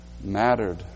mattered